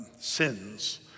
sins